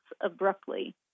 abruptly